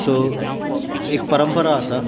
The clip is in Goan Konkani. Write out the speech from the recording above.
सो एक पंरपरा आसा